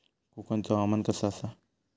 कोकनचो हवामान कसा आसा?